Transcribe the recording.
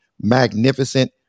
magnificent